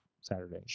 Saturday